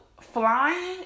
flying